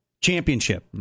championship